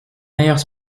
meilleurs